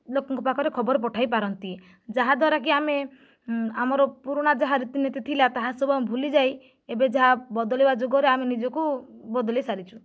ଲୋକଙ୍କ ପାଖରେ ଖବର ପଠାଇ ପାରନ୍ତି ଯାହା ଦ୍ୱାରାକି ଆମେ ଆମର ପୁରୁଣା ଯାହା ରୀତିନୀତି ଥିଲା ତାହା ସବୁ ଆମେ ଭୁଲି ଯାଇ ଏବେ ଯାହା ବଦଳିବା ଯୁଗରେ ଆମେ ନିଜକୁ ବଦଳାଇ ସାରିଛୁ